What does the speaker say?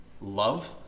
Love